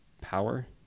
power